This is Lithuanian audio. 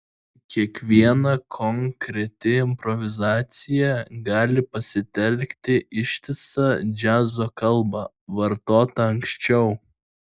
kiekviena konkreti improvizacija gali pasitelkti ištisą džiazo kalbą vartotą anksčiau